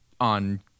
on